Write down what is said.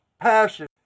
passion